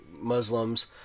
Muslims